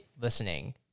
listening